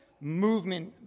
movement